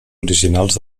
originals